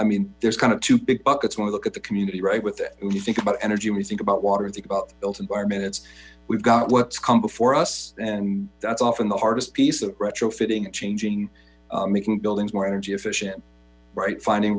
i mean there's kind of two big buckets when we look at the community right with when you think about energy we think about water and think about the built environment it's we've got what's come before us and that's often the hardest piece retrofitting and changing making buildings more energy efficient right finding